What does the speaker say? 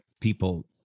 people